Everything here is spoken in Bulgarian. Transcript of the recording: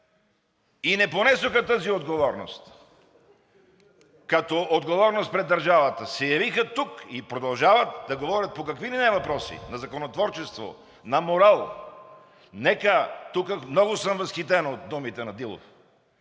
и не понесоха тази отговорност като отговорност пред държавата си и се явиха тук, и продължават да се говорят по какви ли не въпроси – на законотворчество, на морал. Нека – тук много съм възхитен от думите на Дилов,